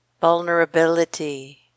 vulnerability